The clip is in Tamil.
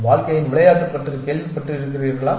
வாழ்க்கையின் விளையாட்டு பற்றி கேள்விப்பட்டிருக்கிறீர்களா